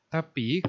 Tapi